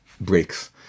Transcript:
breaks